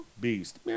beast